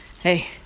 Hey